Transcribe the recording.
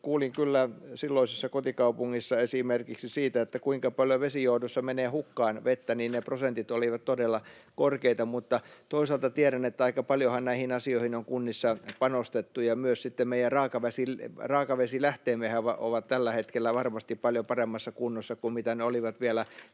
kyllä silloisessa kotikaupungissani esimerkiksi siitä, kuinka paljon vesijohdoissa menee hukkaan vettä, ja ne prosentit olivat todella korkeita. Mutta toisaalta tiedän, että aika paljonhan näihin asioihin on kunnissa panostettu, ja myös meidän raakavesilähteemme ovat tällä hetkellä varmasti paljon paremmassa kunnossa kuin mitä ne olivat vielä